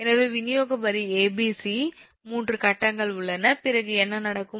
எனவே விநியோக வரி 𝑎 𝑏 𝑐 3 கட்டங்கள் உள்ளன பிறகு என்ன நடக்கும்